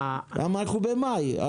אנחנו במאי.